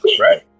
Right